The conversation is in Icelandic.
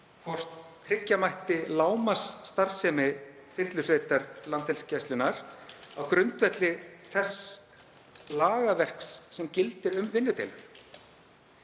hvort tryggja mætti lágmarksstarfsemi þyrlusveitar Landhelgisgæslunnar á grundvelli þess lagaverks sem gildir um vinnudeilur.